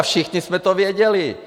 Všichni jsme to věděli.